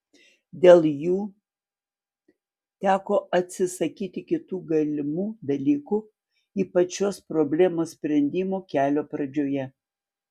dėl jų teko atsisakyti kitų galimų dalykų ypač šios problemos sprendimo kelio pradžioje